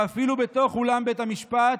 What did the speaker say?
ואפילו בתוך אולם בית המשפט,